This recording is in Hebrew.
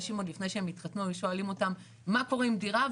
עוד לפני שאנשים התחתנו היו שואלים אותם - מה קורה עם דירה,